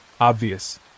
Obvious